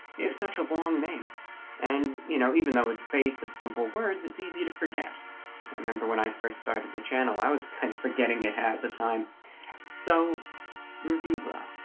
you have such a long name and you know, even though it's based of simple words. it's easy to forget i remember when i first started the channel, i was kind of forgetting it at the time so review blah,